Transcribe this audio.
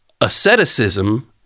Asceticism